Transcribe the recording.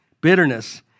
Bitterness